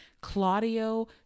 Claudio